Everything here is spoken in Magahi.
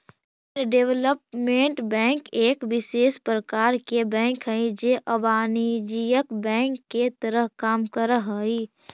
लैंड डेवलपमेंट बैंक एक विशेष प्रकार के बैंक हइ जे अवाणिज्यिक बैंक के तरह काम करऽ हइ